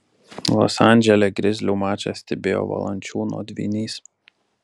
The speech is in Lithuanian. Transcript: los andžele grizlių mačą stebėjo valančiūno dvynys